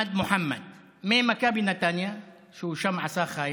מוחמד מוחמד, ממכבי נתניה, ששם הוא עשה חיל,